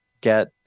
get